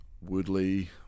Woodley